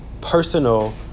personal